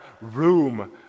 room